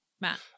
Matt